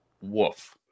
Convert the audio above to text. woof